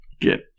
get